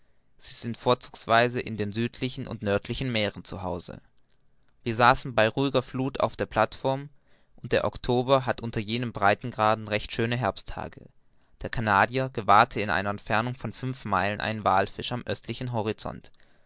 sie sind vorzugsweise in den südlichen und nördlichen meeren zu hause wir saßen bei ruhiger fluth auf der plateform und der october hat unter jenen breitegraden recht schöne herbsttage der canadier gewahrte in einer entfernung von fünf meilen einen wallfisch am östlichen horizont